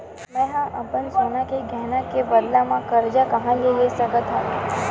मेंहा अपन सोनहा के गहना के बदला मा कर्जा कहाँ ले सकथव?